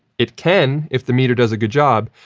it can, if the meter does a good job,